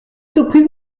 surprise